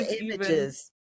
images